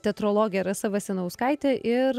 teatrologė rasa vasinauskaitė ir